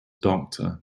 doctor